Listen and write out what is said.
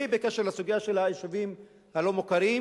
ובקשר לסוגיה של היישובים הלא-מוכרים,